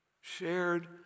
shared